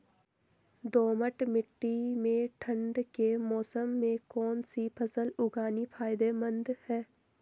दोमट्ट मिट्टी में ठंड के मौसम में कौन सी फसल उगानी फायदेमंद है?